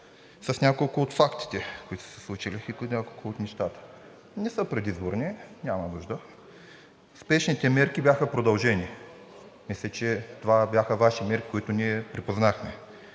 с няколко от фактите, които са се случили, няколко от нещата. Не са предизборни, няма нужда. Спешните мерки бяха продължени. Мисля, че това бяха Ваши мерки, които ние припознахме.